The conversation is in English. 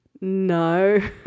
No